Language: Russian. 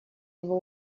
его